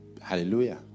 Hallelujah